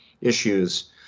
issues